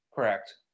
Correct